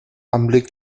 anblick